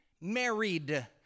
Married